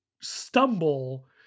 stumble